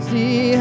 See